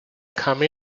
come